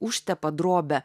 užtepa drobę